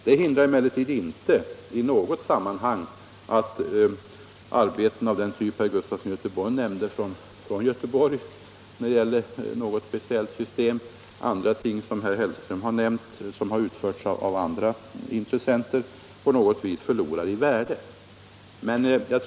Detta medför emellertid inte att arbeten av den typ herr Gustafson i Göteborg nämnde med något specialsystem och andra ting som herr Hellström nämnde och som har utförts av andra intressenter förlorar i värde på något vis.